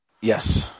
Yes